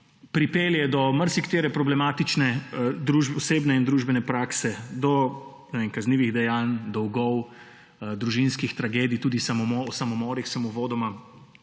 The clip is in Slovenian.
Pripelje do marsikatere problematične osebne in družbene prakse, do kaznivih dejanj, dolgov, družinskih tragedij, tudi o samomorih sem uvodoma